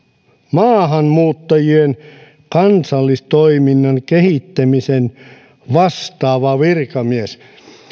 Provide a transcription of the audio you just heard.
maahanmuuttajien kansalaistoiminnan kehittämisestä vastaava virkamies